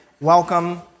welcome